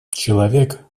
человек